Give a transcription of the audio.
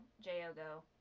J-O-Go